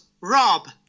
Rob